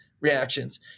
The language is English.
reactions